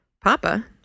Papa